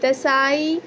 تسائی